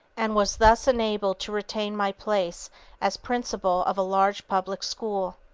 and was thus enabled to retain my place as principal of a large public school.